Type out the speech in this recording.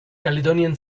caledonian